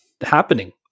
happening